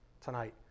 tonight